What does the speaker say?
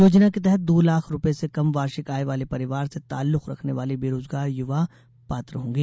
योजना के तहत दो लाख रूपये से कम वार्षिक आय वाले परिवार से ताल्लुक रखने वाले बेरोजगार युवा पात्र होंगे